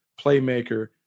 playmaker